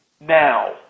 now